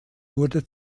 wurde